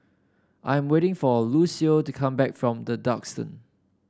I'm waiting for Lucio to come back from The Duxton